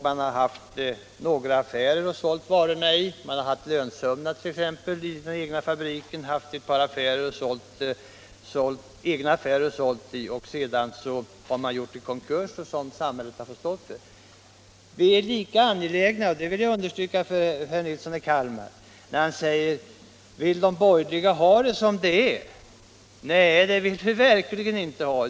Man har t.ex. haft lönsömnad vid egen fabrik och man har haft ett par egna affärer och sålt i. Sedan har man gjort en Konkurs, som samhället har fått stå för. Herr Nilsson i Kalmar frågar: Vill de borgerliga ha det som det är? Jag vill understryka att vi verkligen inte vill det!